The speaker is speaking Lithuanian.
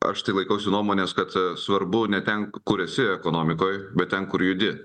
aš tai laikausi nuomonės kad svarbu ne ten kur esi ekonomikoj bet ten kur judi